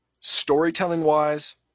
storytelling-wise